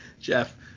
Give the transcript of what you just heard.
Jeff